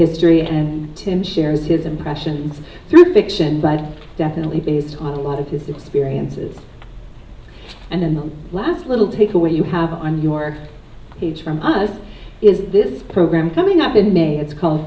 history and tim shares his impressions through fiction but definitely based on a lot of his experiences and in the last little takeaway you have on your page from us is this program coming up in may it's called